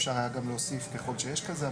אפשר היה גם להוסיף: "ככל שיש כזה".